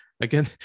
Again